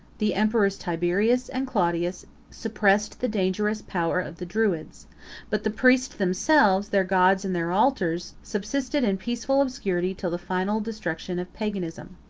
the emperors tiberius and claudius suppressed the dangerous power of the druids but the priests themselves, their gods and their altars, subsisted in peaceful obscurity till the final destruction of paganism.